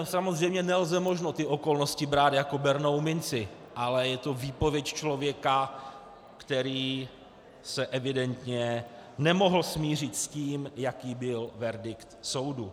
Samozřejmě, není možno ty okolnosti brát jako bernou minci, ale je to výpověď člověka, který se evidentně nemohl smířit s tím, jaký byl verdikt soudu.